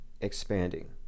expanding